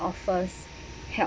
offers help